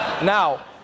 Now